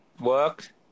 work